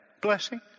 blessing